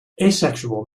asexual